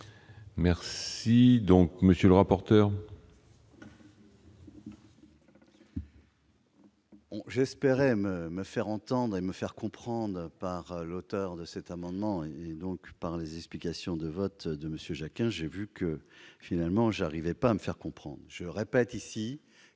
Merci, monsieur le rapporteur